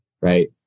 Right